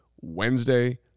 Wednesday